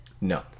no